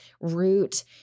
root